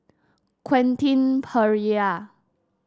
Quentin Pereira